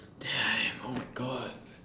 d~ ya ya ya oh my god